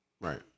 Right